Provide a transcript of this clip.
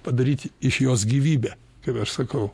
padaryti iš jos gyvybę kaip aš sakau